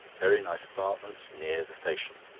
very nice apartments near the station.